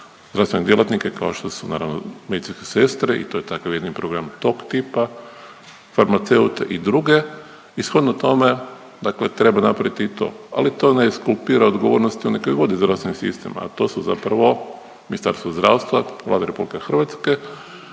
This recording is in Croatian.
zdravstvene djelatnike kao što su naravno medicinske sestre i to je takav jedan program tog tipa farmaceute i druge. I shodno tome, dakle treba napraviti i to. Ali to ne eskulpira odgovornosti one koji vode zdravstveni sistem, a to su zapravo Ministarstvo zdravstva Vlade Republike Hrvatske,